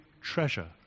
treasure